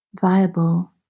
viable